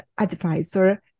advisor